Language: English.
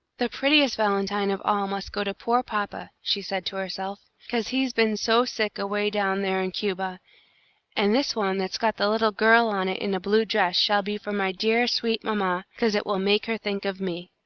the prettiest valentine of all must go to poor papa, she said to herself, cause he's been so sick away down there in cuba and this one that's got the little girl on it in a blue dress shall be for my dear, sweet mamma, cause it will make her think of me.